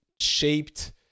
shaped